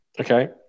Okay